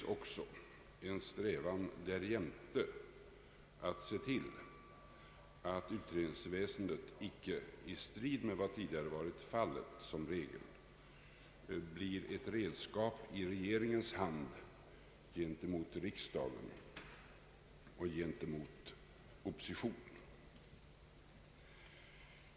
Motionerna strävar därjämte efter att se till att utredningsväsendet icke — i strid med vad som tidigare i regel varit fallet — blir ett redskap i regeringens hand gentemot riksdagen och gentemot oppositionen.